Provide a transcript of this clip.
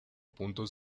puntos